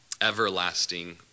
Everlasting